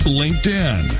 linkedin